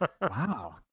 wow